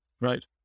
Right